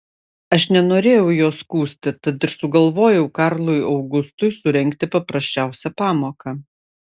aš nenorėjau jo skųsti tad ir sugalvojau karlui augustui surengti paprasčiausią pamoką